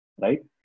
right